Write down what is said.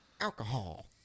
Alcohol